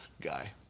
guy